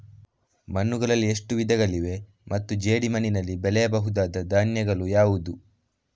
ಮಣ್ಣುಗಳಲ್ಲಿ ಎಷ್ಟು ವಿಧಗಳಿವೆ ಮತ್ತು ಜೇಡಿಮಣ್ಣಿನಲ್ಲಿ ಬೆಳೆಯಬಹುದಾದ ಧಾನ್ಯಗಳು ಯಾವುದು?